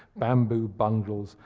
bamboo bundles,